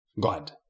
God